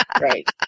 Right